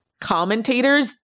commentators